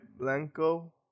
Blanco